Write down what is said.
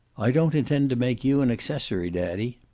i don't intend to make you an accessory, daddy.